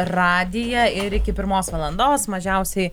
radiją ir iki pirmos valandos mažiausiai